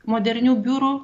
modernių biurų